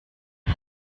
for